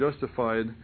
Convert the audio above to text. justified